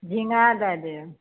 झींगा दए देब